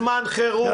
זמן חירום וקורונה.